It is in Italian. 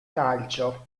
calcio